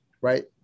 Right